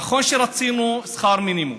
נכון שרצינו שכר מינימום,